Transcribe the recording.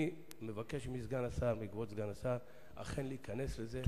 אני מבקש מכבוד סגן השר אכן להיכנס לזה,